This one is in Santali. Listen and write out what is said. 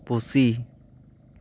ᱯᱩᱥᱤ